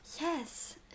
yes